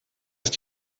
ist